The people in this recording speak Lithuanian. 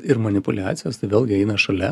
ir manipuliacijos tai vėlgi eina šalia